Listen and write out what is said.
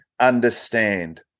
understand